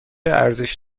ارزش